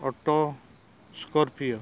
auto ᱠᱚᱨᱯᱤᱭᱳ